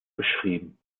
beschrieben